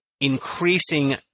increasing